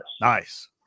Nice